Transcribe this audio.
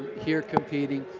here competing,